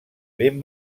ben